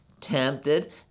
Tempted